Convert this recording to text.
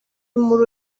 muri